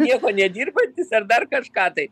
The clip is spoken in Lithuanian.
nieko nedirbantis ar dar kažką tai